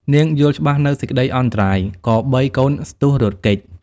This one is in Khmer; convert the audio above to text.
នាងយល់ច្បាស់នូវសេចក្ដីអន្តរាយ ក៏បីកូនស្ទុះរត់គេច ។